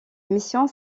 émission